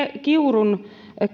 kiurun